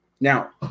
Now